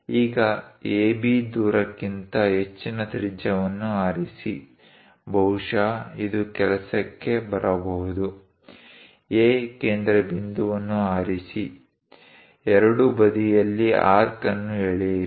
ಈಗ AB ದೂರಕ್ಕಿಂತ ಹೆಚ್ಚಿನ ತ್ರಿಜ್ಯವನ್ನು ಆರಿಸಿ ಬಹುಶಃ ಇದು ಕೆಲಸಕ್ಕೆ ಬರಬಹುದು A ಕೇಂದ್ರಬಿಂದುವನ್ನು ಆರಿಸಿ ಎರಡೂ ಬದಿಗಳಲ್ಲಿ ಆರ್ಕ್ ಅನ್ನು ಎಳೆಯಿರಿ